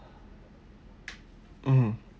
mmhmm